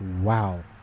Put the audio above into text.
wow